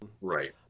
Right